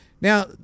Now